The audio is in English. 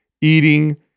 eating